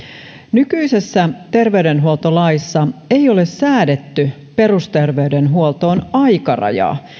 nykyisessä terveydenhuoltolaissa ei ole säädetty perusterveydenhuoltoon aikarajaa